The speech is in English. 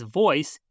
voice